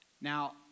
Now